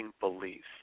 beliefs